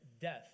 death